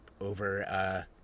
over